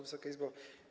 Wysoka Izbo!